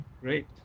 Great